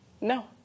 No